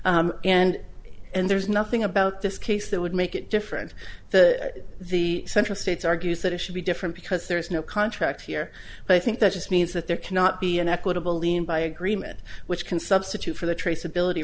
law and and there's nothing about this case that would make it different to the central states argues that it should be different because there is no contract here but i think that just means that there cannot be an equitable lien by agreement which can substitute for the traceability